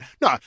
No